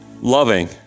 loving